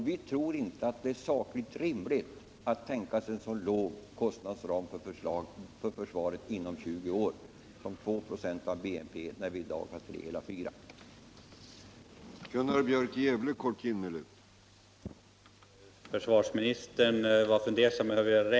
Vi tror inte att det är sakligt rimligt att tänka sig en så låg kostnadsram för försvaret inom 20 år, med tanke på att dess andel i dag är ca 3,4 26 av BNP.